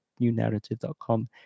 newnarrative.com